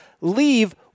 leave